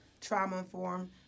trauma-informed